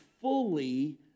fully